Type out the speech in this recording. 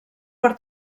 per